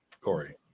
Corey